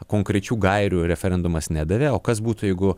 konkrečių gairių referendumas nedavė o kas būtų jeigu